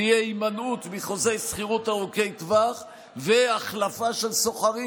תהיה הימנעות מחוזי שכירות ארוכי טווח והחלפה של שוכרים,